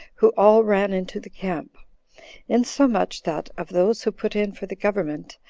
who all ran into the camp insomuch that, of those who put in for the government,